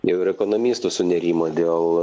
jau ir ekonomistų sunerimo dėl